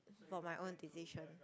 for my own decision